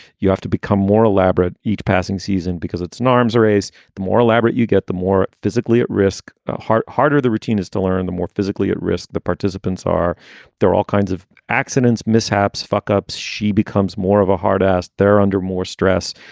you have to become more elaborate each passing season because it's an arms race. the more elaborate you get, the more physically at risk heart harder. the routine is to learn, the more physically at risk the participants are there. all kinds of accidents, mishaps, fuckups. she becomes more of a hard ass. they're under more stress,